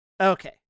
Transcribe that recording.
Okay